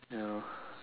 ya lor